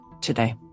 today